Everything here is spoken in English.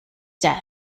death